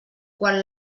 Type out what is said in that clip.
quan